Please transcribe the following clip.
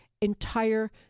entire